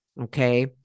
Okay